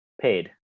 paid